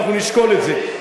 אנחנו נשקול את זה.